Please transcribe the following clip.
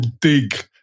dig